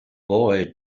boy